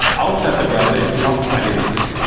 outside the browser, it's not quite enough.